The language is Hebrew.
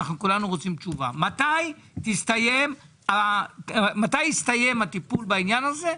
כולנו רוצים תשובה: מתי יסתיים הטיפול בעניין הזה?